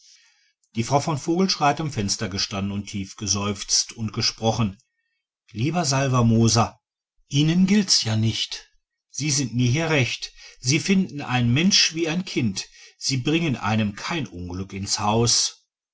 die frau von vogelschrey hat am fenster gestanden und tief geseufzt und gesprochen lieber salvermoser ihnen gilt's ja nicht sie sind mir hier immer recht sie find ein mensch wie ein kind sie bringen einem kein unglück ins haus